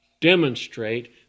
demonstrate